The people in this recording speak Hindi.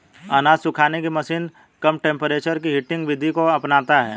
अनाज सुखाने की मशीन कम टेंपरेचर की हीटिंग विधि को अपनाता है